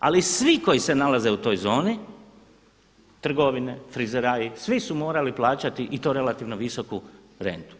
Ali svi koji se nalaze u toj zoni, trgovine, frizeraji, svi su morali plaćati i to relativno visoku rentu.